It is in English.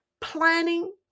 planning